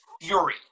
fury